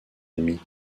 ami